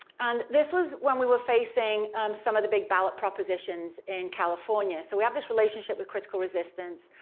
and this was when we were facing some of the big ballot propositions in california. so we have this relationship with critical resistance,